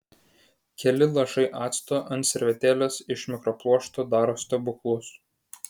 keli lašai acto ant servetėlės iš mikropluošto daro stebuklus